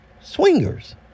swingers